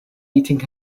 eating